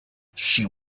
she